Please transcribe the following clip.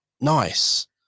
nice